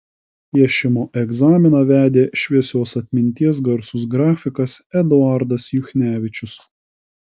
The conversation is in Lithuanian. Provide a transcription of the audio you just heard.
piešimo egzaminą vedė šviesios atminties garsus grafikas eduardas juchnevičius